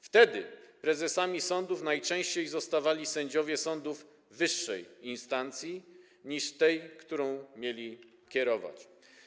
Wtedy prezesami sądów najczęściej zostawali sędziowie sądów wyższej instancji niż ta, którą mieli kierować.